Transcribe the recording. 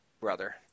brother